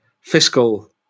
fiscal